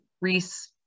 Reese